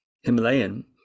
Himalayan